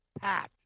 packed